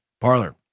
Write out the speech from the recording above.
Parlor